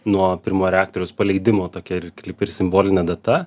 nuo pirmo reaktoriaus paleidimo tokia ir kaip ir simbolinė data